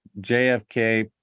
JFK